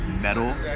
metal